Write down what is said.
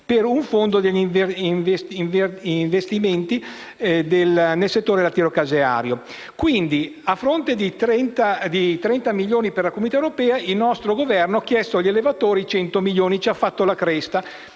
per un fondo per gli investimenti nel settore lattiero-caseario. Quindi, a fronte di 30 milioni di euro per l'Unione europea, il nostro Governo ha chiesto agli allevatori 100 milioni di euro, facendo cioè la cresta.